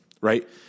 Right